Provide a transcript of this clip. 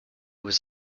was